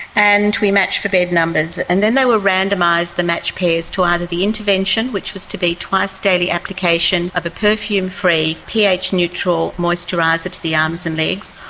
and we matched for bed numbers. and then they were randomised, the matched pairs, to either the intervention, which was to be twice-daily application of a perfume-free, ph neutral moisturiser to the arms and legs,